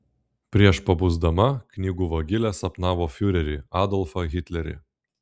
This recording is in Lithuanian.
prieš pabusdama knygų vagilė sapnavo fiurerį adolfą hitlerį